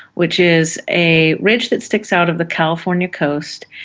which is a ridge that sticks out of the california coast.